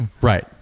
Right